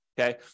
okay